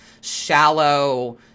shallow